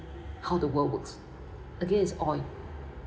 how the world works again it's oil